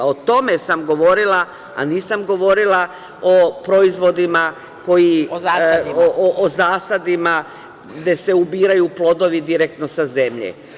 O tome sam govorila, a nisam govorila o proizvodima, o zasadima gde se ubiraju plodovi direktno sa zemlje.